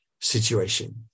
situation